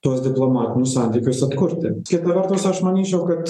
tuos diplomatinius santykius atkurti kita vertus aš manyčiau kad